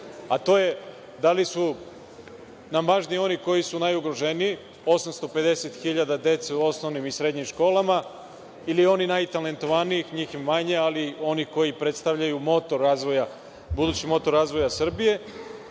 a to je da li su nam važniji oni koji su najugroženiji, 850 hiljada dece u osnovnim i srednjim školama, ili oni najtalentovaniji, njih je manje, ali oni koji predstavljaju budući motor razvoja Srbije,